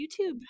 YouTube